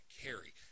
carry